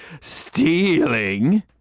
stealing